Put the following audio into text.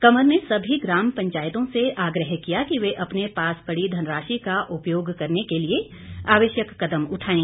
कंवर ने सभी ग्राम पंचायतों से आग्रह किया कि वे अपने पास पड़ी धनराशि का उपयोग करने के लिए आवश्यक कदम उठाएं